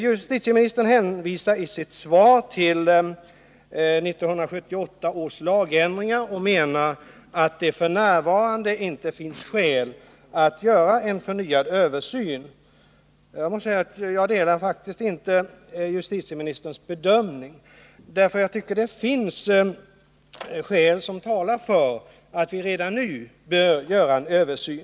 Justitieministern hänvisar i sitt svar till 1978 års lagändringar och menar att det f. n. inte finns skäl att göra en förnyad översyn. Jag delar faktiskt inte justitieministerns bedömning. Jag tycker det finns skäl som talar för att vi redan nu bör göra en översyn.